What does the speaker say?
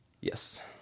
Yes